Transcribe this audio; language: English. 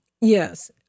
Yes